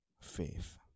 faith